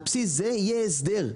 על בסיס זה יהיה הסדר.